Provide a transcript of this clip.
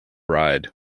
ride